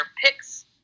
picks